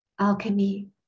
alchemy